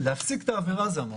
להפסיק את העבירה זו המהות.